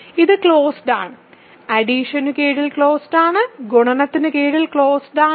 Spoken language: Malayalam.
ഇത് ക്ലോസ്ഡ് ആണ് അഡിഷനു കീഴിൽ ക്ലോസ്ഡ് ആണ് ഗുണനത്തിന് കീഴിൽ ക്ലോസ്ഡ് ആണ്